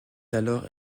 alors